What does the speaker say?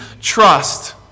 trust